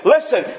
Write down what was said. Listen